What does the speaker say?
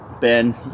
Ben